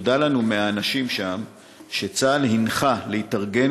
נודע לנו מהאנשים שם שצה"ל הנחה להתארגן